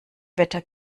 wetter